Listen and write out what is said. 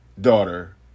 daughter